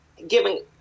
giving